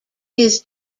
his